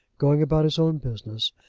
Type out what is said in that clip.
going about his own business,